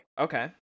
Okay